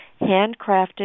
handcrafted